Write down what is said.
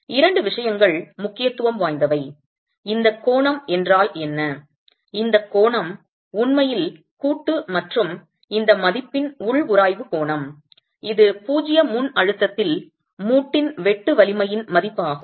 இரண்டு விஷயங்கள் முக்கியத்துவம் வாய்ந்தவை இந்த கோணம் என்றால் என்ன இந்த கோணம் உண்மையில் கூட்டு மற்றும் இந்த மதிப்பின் உள் உராய்வு கோணம் இது பூஜ்ஜிய முன்அழுத்தத்தில் மூட்டின் வெட்டு வலிமையின் மதிப்பாகும்